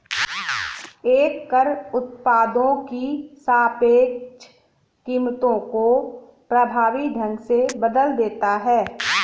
एक कर उत्पादों की सापेक्ष कीमतों को प्रभावी ढंग से बदल देता है